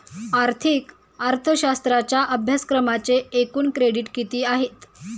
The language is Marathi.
आर्थिक अर्थशास्त्राच्या अभ्यासक्रमाचे एकूण क्रेडिट किती आहेत?